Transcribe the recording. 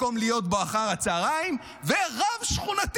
מקום להיות בו אחר הצוהריים, ורב שכונתי.